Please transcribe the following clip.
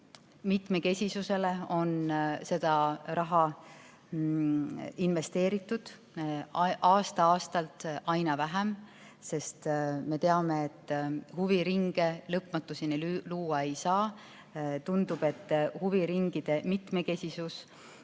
mitmekesisuse huvides on seda raha kasutatud aasta-aastalt aina vähem, sest me teame, et huviringe lõpmatuseni luua ei saa. Tundub, et huviringide mitmekesisus